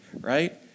right